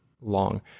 long